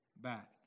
back